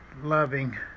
loving